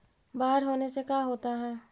बाढ़ होने से का क्या होता है?